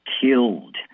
killed